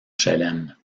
chelem